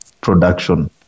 production